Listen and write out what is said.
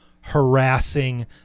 harassing